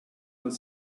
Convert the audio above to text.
were